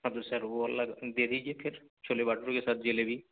ہاں تو سر وہ الگ دے دیجیے پھر چھولے بھٹورے کے ساتھ جلیبی